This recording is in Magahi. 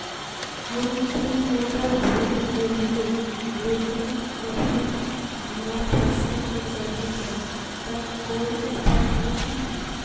हम पिन नंबर भूल गेलिये लेकिन अभी हमरा पैसा के जरुरत है ते कोई उपाय है की?